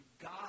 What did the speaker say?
God